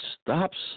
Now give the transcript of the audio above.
stops